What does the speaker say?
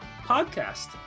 podcast